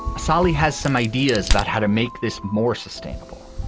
sally has some ideas about how to make this more sustainable.